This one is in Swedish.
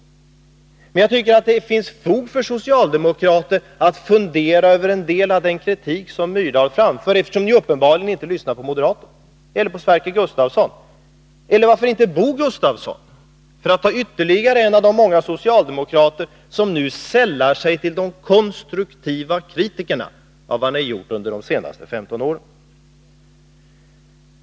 Men jag tycker att det finns fog för socialdemokraterna att fundera över en del av den kritik som Gunnar Myrdal framför, eftersom ni uppenbarligen inte lyssnar på moderaterna, eller på Sverker Gustavsson — eller varför inte på Bo Gustafson, för att ta ytterligare en av de många socialdemokrater som nu sällar sig till de konstruktiva kritikerna av vad ni har gjort under de senaste 15 åren.